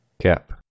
Cap